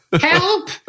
help